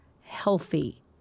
healthy